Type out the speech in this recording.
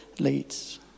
leads